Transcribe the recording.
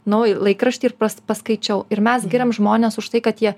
naują laikraštį ir paskaičiau ir mes giriam žmones už tai kad jie